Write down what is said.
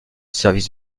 service